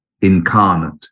incarnate